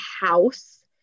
house